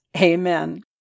Amen